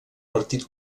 partit